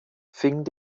fing